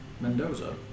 Mendoza